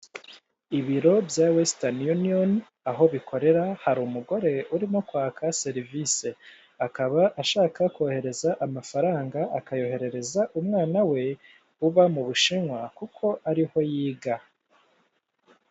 Ibiro bya wesitani yuniyoni aho bikorera hari umugore urimo kwaka serivisi akaba ashaka kohereza amafaranga akayoherereza umwana we uba mu Bushinwa kuko ariho yiga.